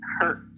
hurt